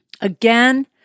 Again